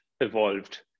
evolved